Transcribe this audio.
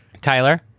Tyler